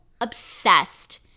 obsessed